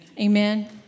Amen